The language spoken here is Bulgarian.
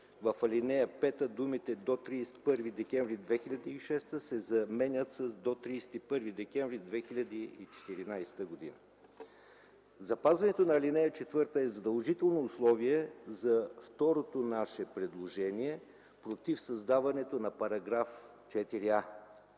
в ал. 5 думите „до 31 декември 2006 г.” се заменят с „до 31 декември 2014 г.”. Запазването на ал. 4 е задължително условие за второто наше предложение – против създаването на § 4а.